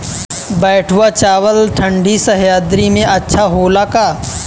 बैठुआ चावल ठंडी सह्याद्री में अच्छा होला का?